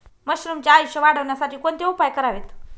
मशरुमचे आयुष्य वाढवण्यासाठी कोणते उपाय करावेत?